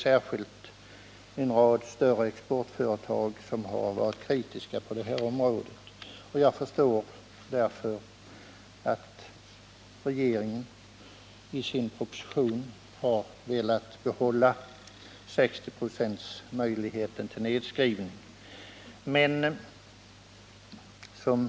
Särskilt en rad större exportföretag har varit kritiska mot detta. Jag förstår därför att regeringen i sin proposition har velat behålla möjligheten till nedskrivning med 60 26.